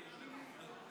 בבקשה לשבת.